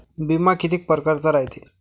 बिमा कितीक परकारचा रायते?